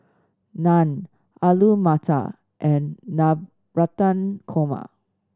Naan Alu Matar and Navratan Korma